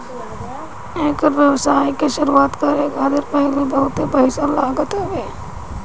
एकर व्यवसाय के शुरुआत करे खातिर पहिले बहुते पईसा लागत हवे